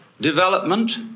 development